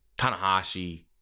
Tanahashi